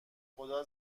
خدا